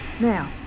Now